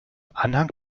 anhang